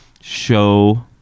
Show